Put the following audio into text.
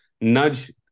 nudge